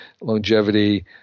longevity